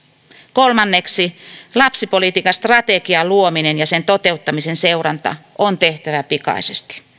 kolmanneksi lapsipolitiikan strategian luominen ja sen toteuttamisen seuranta on tehtävä pikaisesti